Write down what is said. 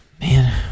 Man